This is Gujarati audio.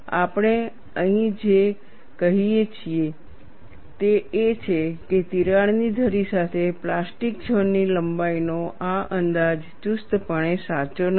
આપણે અહીં જે કહીએ છીએ તે એ છે કે તિરાડની ધરી સાથે પ્લાસ્ટિક ઝોન ની લંબાઈનો આ અંદાજ ચુસ્તપણે સાચો નથી